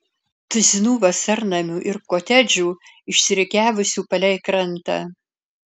tuzinų vasarnamių ir kotedžų išsirikiavusių palei krantą